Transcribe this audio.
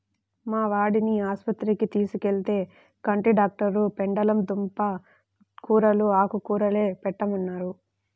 మా వాడిని ఆస్పత్రికి తీసుకెళ్తే, కంటి డాక్టరు పెండలం దుంప కూరలూ, ఆకుకూరలే పెట్టమన్నారు